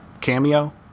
cameo